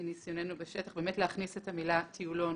מניסיוננו בשטח, באמת להכניס את המילה טיולון